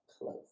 close